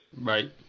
Right